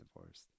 divorced